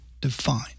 defined